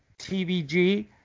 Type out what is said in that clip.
TVG